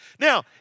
Now